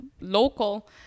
local